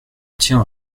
tiens